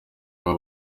baba